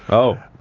oh.